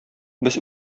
без